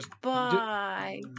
bye